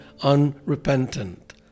unrepentant